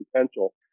potential